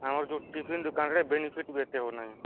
ଆମର ଯୋଉ ଟିଫିନ୍ ଦୋକାନରେ ବେନିଫିଟ୍ ବେଶୀ ହେଉନାହିଁ